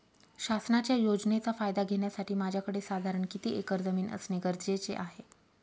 शासनाच्या योजनेचा फायदा घेण्यासाठी माझ्याकडे साधारण किती एकर जमीन असणे गरजेचे आहे?